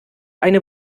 eine